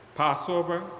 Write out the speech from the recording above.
Passover